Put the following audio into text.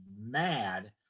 mad